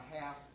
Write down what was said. half